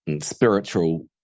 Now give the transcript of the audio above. spiritual